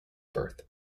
birth